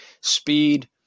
speed